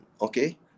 okay